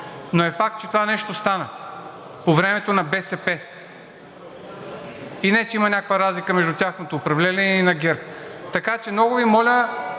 но е факт, че това нещо стана по времето на БСП. И не че има някаква разлика между тяхното управление и на ГЕРБ (възгласи от